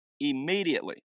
immediately